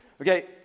Okay